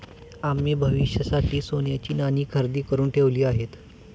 आम्ही भविष्यासाठी सोन्याची नाणी खरेदी करुन ठेवली आहेत